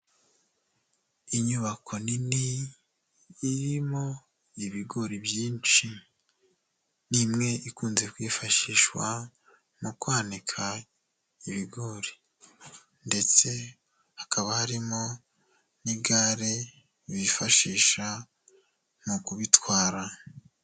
Inyubako nini irimo ibigori byinshi, ni imwe ikunze kwifashishwa mu kwanika ibigori ndetse hakaba harimo n'igare bifashisha mu kubitwara.